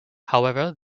however